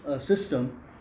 system